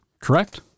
correct